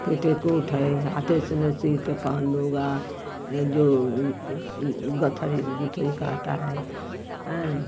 petticoat है हाथों से मैं सी कर पहन लूँगा जो उ गथरी बुथरी का आता है आ